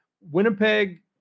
Winnipeg